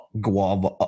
Guava